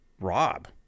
Rob